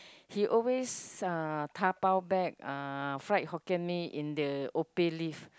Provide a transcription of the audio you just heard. he always uh dabao back uh fried Hokkien-Mee in the Opeh leaf